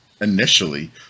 initially